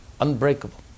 unbreakable